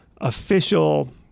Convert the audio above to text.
official